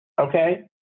Okay